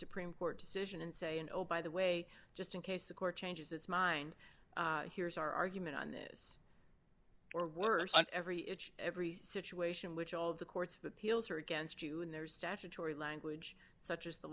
supreme court decision and say and obey the way just in case the court changes its mind here's our argument on this or worse every it's every situation which all of the courts of appeals are against you and there's statutory language such as the